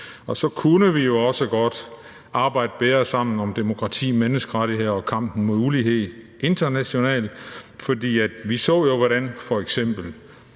Og så kunne vi jo også godt arbejde bedre sammen om demokrati, menneskerettigheder og kampen mod ulighed internationalt. For vi så jo, hvordan f.eks.